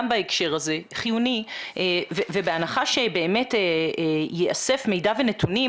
בהקשר הזה ובהנחה שבאמת ייאסף מידע ונתונים